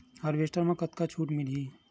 Harvester म कतका छूट मिलही?